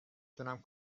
تونم